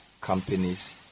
companies